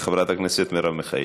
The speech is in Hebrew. וחברת הכנסת מרב מיכאלי.